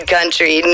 Country